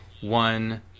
one